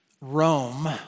Rome